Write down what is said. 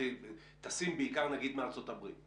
טסים בעיקר נגיד מארצות הברית.